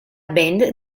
band